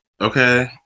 okay